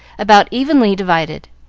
about evenly divided.